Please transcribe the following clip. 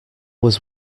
was